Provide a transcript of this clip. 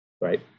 right